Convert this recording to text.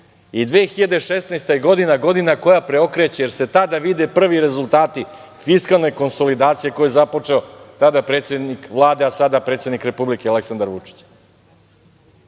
i 2016. godina je godina koja preokreće jer se tada vide prvi rezultati fiskalne konsolidacije koju je započeto tada predsednik Vlade, a sada predsednik Republike, Aleksandar Vučić. Hoćemo